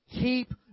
keep